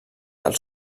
del